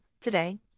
today